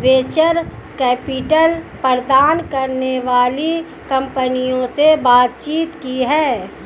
venture capital प्रदान करने वाली कंपनियों से बातचीत की है